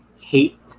hate